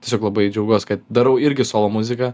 tiesiog labai džiaugiuos kad darau irgi solo muziką